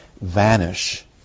vanish